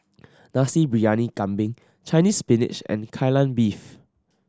Nasi Briyani Kambing Chinese Spinach and Kai Lan Beef